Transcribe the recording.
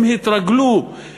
הם התרגלו